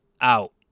Out